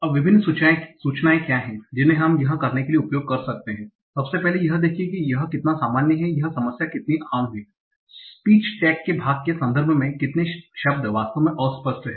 अब विभिन्न सूचनाएँ क्या हैं जिन्हें हम यह करने के लिए उपयोग कर सकते हैं सबसे पहले यह देखे कि यह कितना सामान्य है यह समस्या कितनी आम है स्पीच टैग के भाग के संदर्भ में कितने शब्द वास्तव में अस्पष्ट हैं